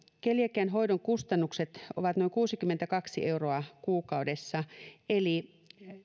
keliakian hoidon kustannukset ovat noin kuusikymmentäkaksi euroa kuukaudessa eli